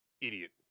idiot